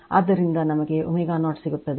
ಆದ್ದರಿಂದ ನಮಗೆ ω0 ಸಿಗುತ್ತದೆ